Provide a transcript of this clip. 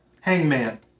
hangman